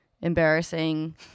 embarrassing